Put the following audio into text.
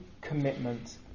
commitment